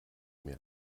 mehr